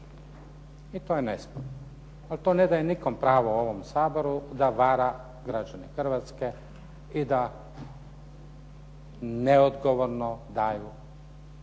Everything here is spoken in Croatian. i to je nesporno. Ali to ne daje nikome pravo u ovome Saboru da vara građane Hrvatske i da neodgovorno daju neistine.